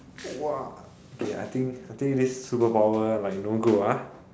!wah! okay I think I think this superpower like no go ah